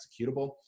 executable